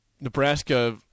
Nebraska